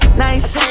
nice